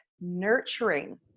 nurturing